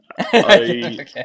Okay